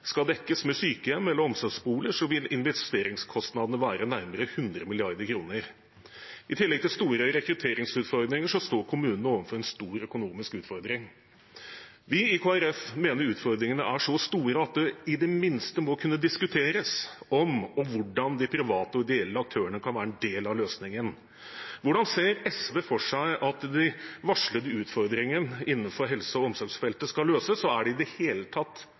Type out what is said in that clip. skal dekkes med sykehjem eller omsorgsboliger, vil investeringskostnadene være nærmere 100 mrd. kr. I tillegg til store rekrutteringsutfordringer står kommunene overfor en stor økonomisk utfordring. Vi i Kristelig Folkeparti mener utfordringene er så store at det i det minste må kunne diskuteres om og hvordan de private og ideelle aktørene kan være en del av løsningen. Hvordan ser SV for seg at de varslede utfordringene innenfor helse- og omsorgsfeltet skal løses, og er det i det hele tatt